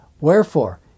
Wherefore